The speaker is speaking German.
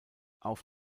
auf